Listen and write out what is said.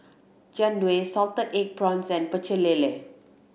Jian Dui salted egg prawns and Pecel Lele